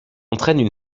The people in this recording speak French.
entraînent